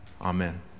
Amen